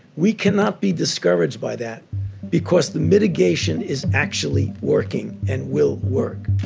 we cannot be discouraged by that because the mitigation is actually working and will work.